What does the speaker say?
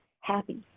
happy